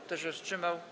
Kto się wstrzymał?